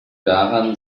daran